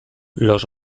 los